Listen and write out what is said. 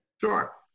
sure